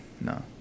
no